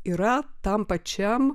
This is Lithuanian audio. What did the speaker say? yra tam pačiam